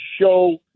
show